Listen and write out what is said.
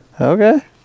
Okay